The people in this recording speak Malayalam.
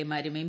എ മാരും എം